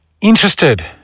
interested